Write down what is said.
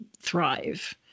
thrive